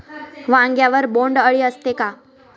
वांग्यावर बोंडअळी असते का?